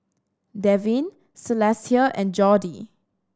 Devyn Celestia and Jordy